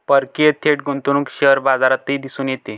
परकीय थेट गुंतवणूक शेअर बाजारातही दिसून येते